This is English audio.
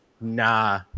nah